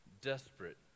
desperate